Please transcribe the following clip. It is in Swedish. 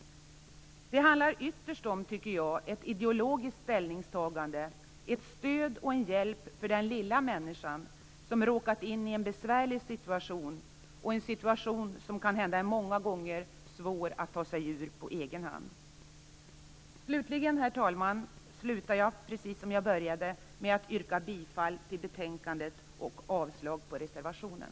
Det handlar ytterst om ett ideologiskt ställningstagande, ett stöd och en hjälp för den lilla människan som råkat in i en besvärlig situation, som det många gånger kan vara svårt att ta sig ur på egen hand. Herr talman! Jag slutar som jag började, med att yrka bifall till utskottets hemställan och avslag på reservationen.